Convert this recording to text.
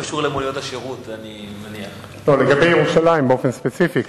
קודם כול, לגבי השאלה הנוספת של חבר הכנסת לוין.